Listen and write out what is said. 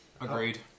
Agreed